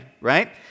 right